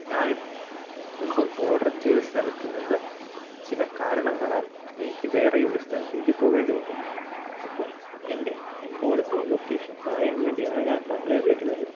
ഞാനി മുൻപ് ഓഡർ ചെയ്ത സ്ഥലത്തു നിന്ന് ചില കാരണങ്ങളാൽ എനിക്ക് വേറെയൊരു സ്ഥലത്തേക്കു പോകേണ്ടി വന്നു അപ്പോൾ എന്റെ ഇപ്പോഴത്തെ ലൊക്കേഷൻ പറയാൻ വേണ്ടിയാണ് ഞാൻ താങ്കളെ വിളിക്കുന്നത്